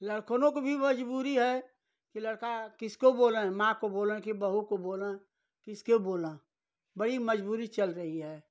लड़कों की भी मज़बूरी है कि लड़का किसको बोलें माँ को बोलें कि बहू को बोलें किसको बोलें बड़ी मज़बूरी चल रही है